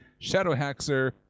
Shadowhaxer